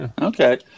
Okay